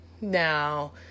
Now